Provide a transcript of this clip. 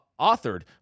authored